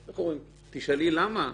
תשאלי, למה?